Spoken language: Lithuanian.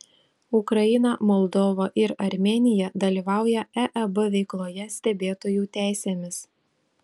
ukraina moldova ir armėnija dalyvauja eeb veikloje stebėtojų teisėmis